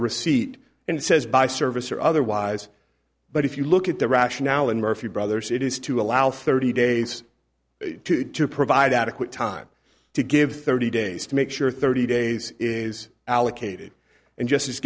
receipt and says by service or otherwise but if you look at the rationale and more if you brothers it is to allow thirty days to provide adequate time to give thirty days to make sure thirty days is allocated and justice